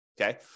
Okay